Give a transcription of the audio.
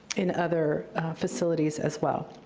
in other facilities as well.